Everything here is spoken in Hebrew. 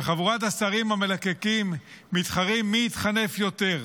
וחבורת השרים המלקקים מתחרים מי יתחנף יותר,